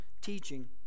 teaching